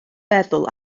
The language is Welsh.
feddwl